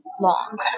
long